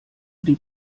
die